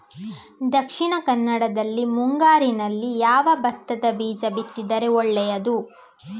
ದಕ್ಷಿಣ ಕನ್ನಡದಲ್ಲಿ ಮುಂಗಾರಿನಲ್ಲಿ ಯಾವ ಭತ್ತದ ಬೀಜ ಬಿತ್ತಿದರೆ ಒಳ್ಳೆಯದು?